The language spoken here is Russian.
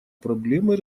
проблемы